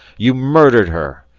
you murdered her!